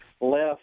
left